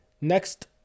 next